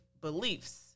beliefs